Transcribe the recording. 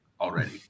already